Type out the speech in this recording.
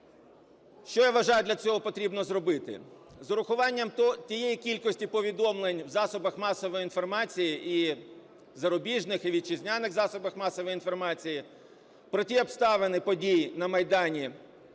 Що я вважаю для цього потрібно зробити. З врахуванням тієї кількості повідомлень в засобах масової інформації, і зарубіжних, і вітчизняних засобах масової інформації, про ті обставини подій на Майдані